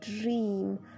dream